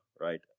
right